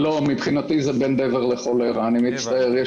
לא, מבחינתי זה בין דבר לכולרה, אני מצטער.